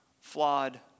flawed